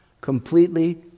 completely